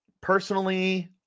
Personally